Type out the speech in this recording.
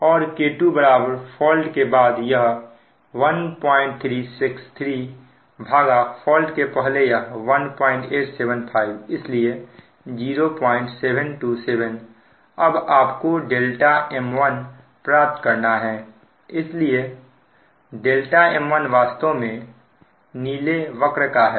और K2 बराबर fault के बाद यह 1363 भागा फॉल्ट के पहले यह 1875 इसलिए 0727 अब आप को m1 प्राप्त करना है इसलिए m1 वास्तव में नीले वक्र का है